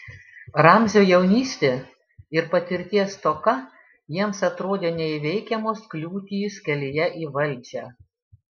ramzio jaunystė ir patirties stoka jiems atrodė neįveikiamos kliūtys kelyje į valdžią